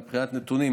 מבחינת נתונים,